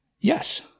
Yes